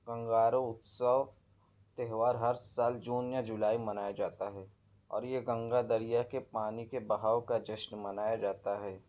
کنگارو اتسو تہوار ہر سال جون یا جولائی میں منایا جاتا ہے اور یہ گنگا دریا کے پانی کے بہاؤ کا جشن منایا جاتا ہے